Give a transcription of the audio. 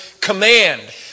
command